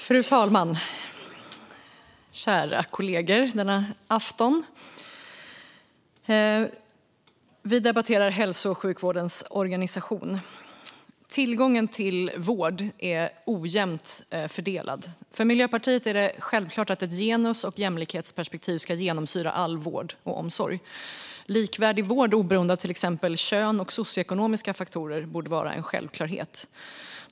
Fru talman och kära kollegor denna afton! Vi debatterar hälso och sjukvårdens organisation. Tillgången till vård är ojämnt fördelad. För Miljöpartiet är det självklart att ett genus och jämlikhetsperspektiv ska genomsyra all vård och omsorg. Likvärdig vård oberoende av till exempel kön och socioekonomiska faktorer borde vara en självklarhet.